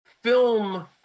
film